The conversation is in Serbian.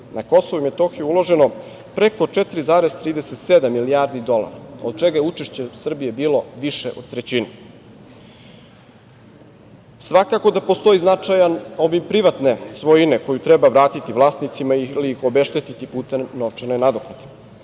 na Kosovo i Metohiju uloženo preko 4,37 milijardi dolara, od čega je učešće Srbije bilo više od trećine. Svakako da postoji značajan obim privatne svojine koju treba vratiti vlasnicima ili ih obeštetiti putem novčane nadoknade